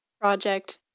project